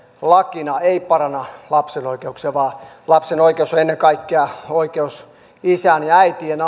lakina ei paranna lapsen oikeuksia vaan lapsen oikeus on ennen kaikkea oikeus isään ja äitiin